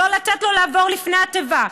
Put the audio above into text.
לא לתת לו לעבור לפני התיבה,